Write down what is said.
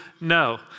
no